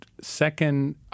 Second